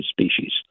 species